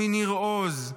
מניר עוז,